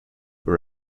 were